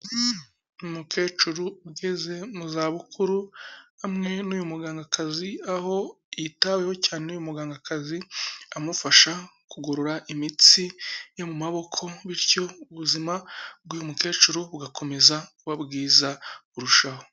Umukecuru ugeze mu zabukuru hamwe n'uyu mugangakazi, aho yitaweho cyane n'uyu mugangakazi amufasha kugorora imitsi yo mu maboko, bityo ubuzima bw'uyu mukecuru bugakomeza kuba bwiza kurushaho.